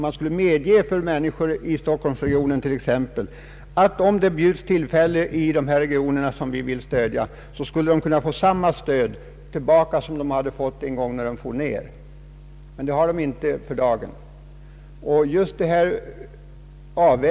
Man skulle alltså medge att människor i t.ex. Stockholmsregionen, om de bjuds tillfälle till arbete i de regioner som vi vill stödja, skulle kunna få samma bidrag som de fått en gång när de for ned från stödområdet. Den möjligheten finns inte för närvarande.